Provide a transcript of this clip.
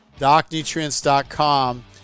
DocNutrients.com